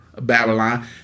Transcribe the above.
Babylon